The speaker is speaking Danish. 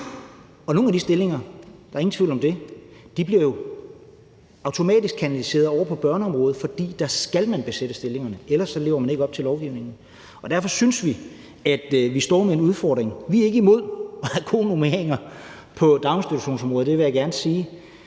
at nogle af de stillinger automatisk bliver kanaliseret over på børneområdet, fordi man skal besætte stillingerne dér, for ellers lever man ikke op til lovgivningen. Derfor synes vi, at vi står med en udfordring. Vi er ikke imod at have gode normeringer på daginstitutionsområdet – det vil jeg gerne sige.